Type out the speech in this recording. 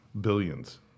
billions